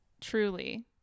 Truly